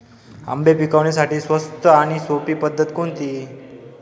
आंबे पिकवण्यासाठी स्वस्त आणि सोपी पद्धत कोणती?